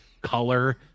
color